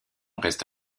reste